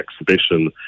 exhibition